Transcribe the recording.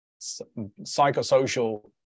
psychosocial